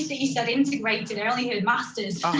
and you said integrated i only heard masters?